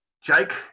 Jake